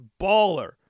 baller